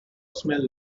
smell